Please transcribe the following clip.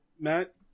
matt